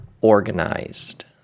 organized